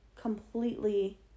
completely